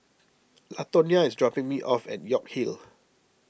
Latonya is dropping me off at York Hill